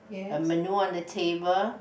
a menu on the table